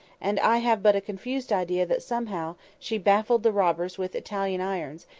and i have but a confused idea that, somehow, she baffled the robbers with italian irons,